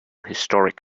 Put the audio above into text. historic